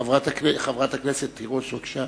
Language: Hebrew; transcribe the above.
חברת הכנסת תירוש, בבקשה.